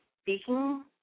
speaking